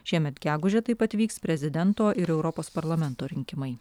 šiemet gegužę taip pat vyks prezidento ir europos parlamento rinkimai